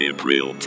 April